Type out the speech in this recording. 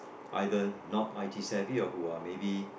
either not I_T savvy or who are maybe